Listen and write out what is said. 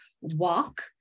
walk